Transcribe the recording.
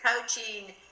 coaching